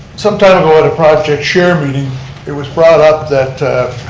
sometime ago at a project chair meeting it was brought up that